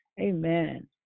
Amen